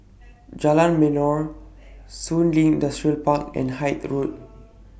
Jalan Melor Shun Li Industrial Park and Hythe Road